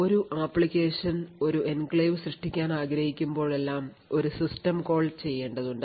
ഒരു ആപ്ലിക്കേഷൻ ഒരു എൻക്ലേവ് സൃഷ്ടിക്കാൻ ആഗ്രഹിക്കുമ്പോഴെല്ലാം ഒരു സിസ്റ്റം കോൾ ചെയ്യേണ്ടതുണ്ട്